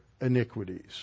iniquities